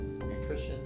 nutrition